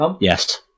yes